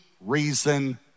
reason